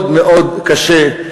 מאוד מאוד קשה.